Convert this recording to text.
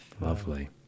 Lovely